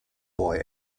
boy